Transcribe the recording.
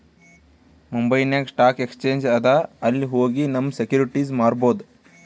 ಮುಂಬೈನಾಗ್ stock exchange ಅದಾ ಅಲ್ಲಿ ಹೋಗಿ ನಮ್ ಸೆಕ್ಯೂರಿಟಿಸ್ ಮಾರ್ಬೊದ್